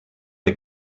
der